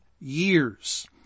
years